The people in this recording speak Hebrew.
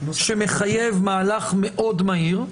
שמחייב מהלך מאוד מהיר,